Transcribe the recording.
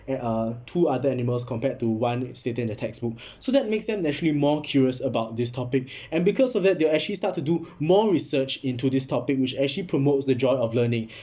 eh uh two other animals compared to one stated in the textbooks so that makes them actually more curious about this topic and because of that they'll actually start to do more research into this topic which actually promotes the joy of learning